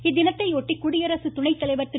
இத்தினத்தையொட்டி குடியரசு துணைத்தலைவர் திரு